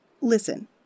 Listen